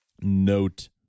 Note